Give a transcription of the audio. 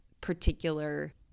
particular